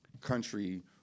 country